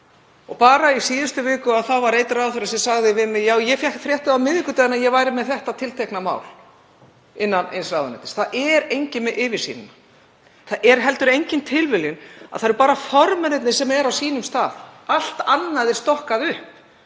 Bara í síðustu viku var einn ráðherra sem sagði við mig: Já, ég fékk fréttir á miðvikudaginn að ég væri með þetta tiltekna mál innan ráðuneytis. Það er enginn með yfirsýn. Það er heldur engin tilviljun að það eru bara formennirnir sem eru á sínum stað. Allt annað er stokkað upp.